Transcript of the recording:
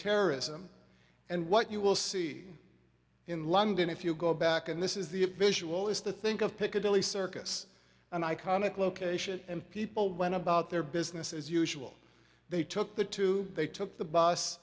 terrorism and what you will see in london if you go back and this is the visual is to think of piccadilly circus an iconic location and people went about their business as usual they took the two they took the bus